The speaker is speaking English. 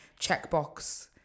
checkbox